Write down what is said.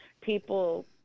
people